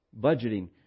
budgeting